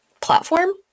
platform